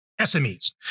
SMEs